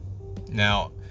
Now